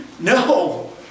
No